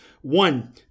One